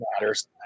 matters